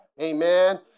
Amen